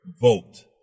vote